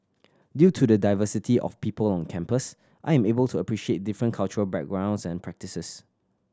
due to the diversity of people on campus I am able to appreciate different cultural backgrounds and practices